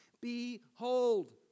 Behold